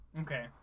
Okay